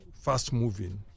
fast-moving